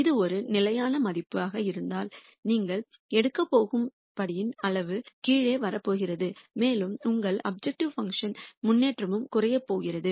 இது ஒரு நிலையான மதிப்பாக இருந்தால் நீங்கள் எடுக்கப் போகும் படியின் அளவு கீழே வரப் போகிறது மேலும் உங்கள் அப்ஜெக்டிவ் பங்க்ஷன் முன்னேற்றமும் குறையப் போகிறது